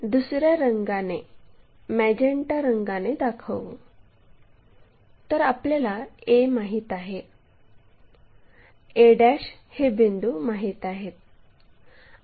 हे दुसऱ्या रंगाने मॅजेन्टा रंगाने दाखवू तर आपल्याला a माहित आहे a हे बिंदू माहित आहेत